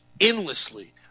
endlessly